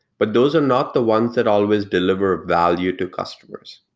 but those are not the ones that always deliver value to customers.